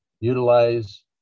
utilize